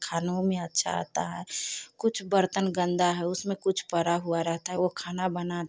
खाना में अच्छा आता है कुछ बर्तन गंदा है उसमें कुछ पड़ा हुआ रहता है वह खाना बना